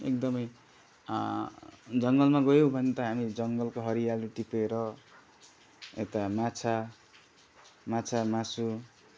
एकदमै जङ्गलमा गयो भने त हामी जङ्गलको हरियाली टिपेर यता माछा माछा मासु